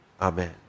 Amen